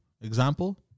example